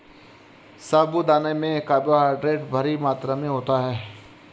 साबूदाना में कार्बोहायड्रेट भारी मात्रा में होता है